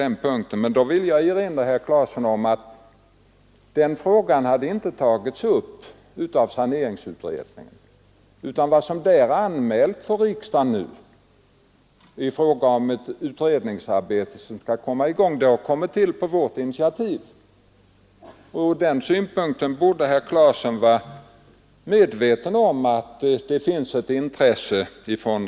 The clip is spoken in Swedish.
För att få i gång den här verksamheten har regeringen också utan att det föreslogs av saneringutredningen, tagit fram ett extra stimulansbidrag på 6 000 kronor på lägenhet som upprustas under 1973 och 1974.